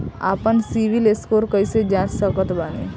आपन CIBIL score कैसे जांच सकत बानी?